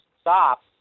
stop